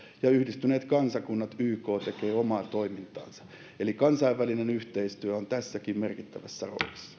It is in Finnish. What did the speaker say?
ja yhdistyneet kansakunnat yk tekee omaa toimintaansa eli kansainvälinen yhteistyö on tässäkin merkittävässä roolissa